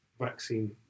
vaccine